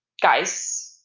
guys